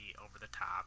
over-the-top